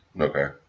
Okay